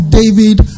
david